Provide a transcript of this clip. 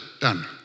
Done